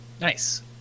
Nice